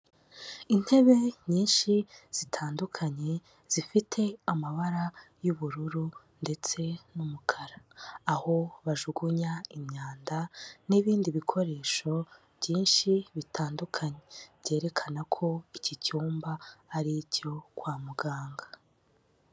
Intebe nyinshi zitandukanye zifite amabara y'ubururu ndetse n'umukara, aho bajugunya imyanda n'ibindi bikoresho byinshi bitandukanye, byerekana ko iki cyumba ari icyo kwa muganga.